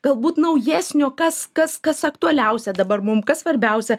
galbūt naujesnio kas kas kas aktualiausia dabar mum kas svarbiausia